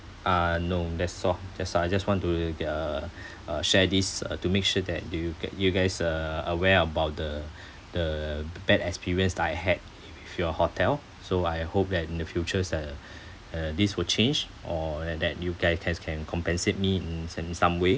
uh no that's all just I just want to uh uh share this uh to make sure that you get you guys uh aware about the the b~ bad experience that I had with your hotel so I hope that in the futures uh uh this will change or and that you guy guys can compensate me in se~ some way